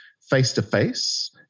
face-to-face